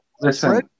listen